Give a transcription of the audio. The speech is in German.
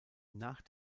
nach